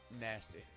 Nasty